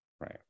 Right